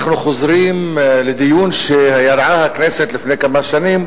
אנחנו חוזרים לדיון שידעה הכנסת לפני כמה שנים,